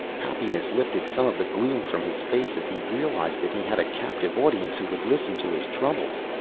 happiness lifted some of the gloom from his face as he realized that he had a captive audience who would listen to his troubles.